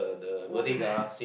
what